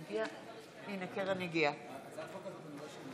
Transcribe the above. תקנות שעת חירום (נגיף הקורונה החדש) (אזור מוגבל)